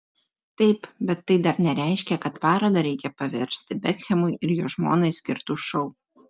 taip bet tai dar nereiškia kad parodą reikia paversti bekhemui ir jo žmonai skirtu šou